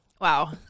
Wow